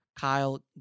Kyle